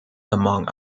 among